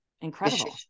incredible